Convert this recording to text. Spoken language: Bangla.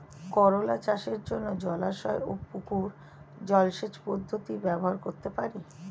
করোলা চাষের জন্য জলাশয় ও পুকুর জলসেচ পদ্ধতি ব্যবহার করতে পারি?